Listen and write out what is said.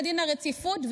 לדין הרציפות.